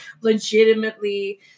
legitimately